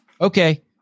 Okay